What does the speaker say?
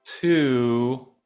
two